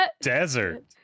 desert